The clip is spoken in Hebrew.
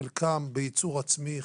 חלקם בייצור עצמי,